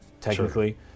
technically